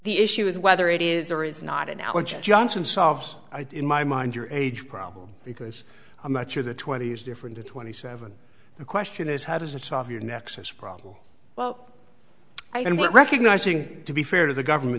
the issue is whether it is or is not an alan johnson solved i did my mind your age problem because i'm not sure that twenty is different or twenty seven the question is how does that solve your nexus problem well i don't want recognizing to be fair to the government